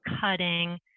cutting